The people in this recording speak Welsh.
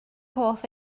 hoff